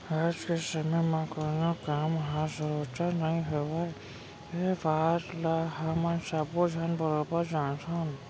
आज के समे म कोनों काम ह सरोत्तर नइ होवय ए बात ल हमन सब्बो झन बरोबर जानथन